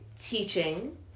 teaching